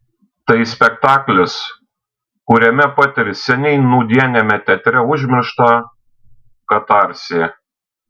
tai spektaklis kuriame patiri seniai nūdieniame teatre užmirštą katarsį